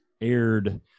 aired